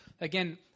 Again